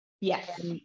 Yes